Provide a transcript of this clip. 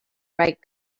write